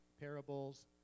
parables